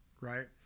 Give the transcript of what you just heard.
right